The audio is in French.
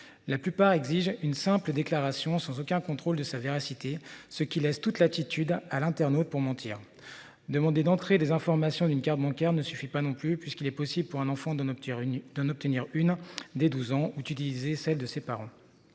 la plupart exige une simple déclaration sans aucun contrôle de sa véracité. Ce qui laisse toute latitude à l'internaute pour mentir demandé d'entrer des informations d'une carte bancaire ne suffit pas non plus puisqu'il est possible pour un enfant de obtenir une d'en obtenir une des 12 ans août utiliser celle de ses parents.